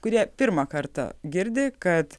kurie pirmą kartą girdi kad